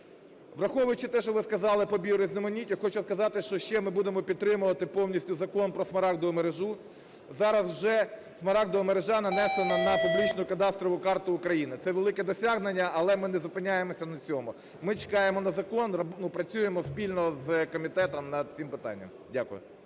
Враховуючи те, що ви сказали по біорізноманіттю. Хочу сказати, що ще ми будемо підтримувати повністю Закон про Смарагдову мережу. Зараз вже Смарагдова мережа нанесена на публічну кадастрову карту України. Це велике досягнення, але ми не зупиняємося на цьому. Ми чекаємо на закон, працюємо спільно з комітетом над цим питанням. Дякую.